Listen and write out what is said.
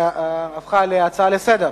שהפכה להצעה לסדר-היום,